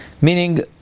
Meaning